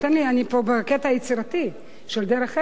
אני פה בקטע יצירתי של דרך ארץ.